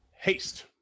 Haste